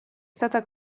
stata